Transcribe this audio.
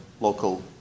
local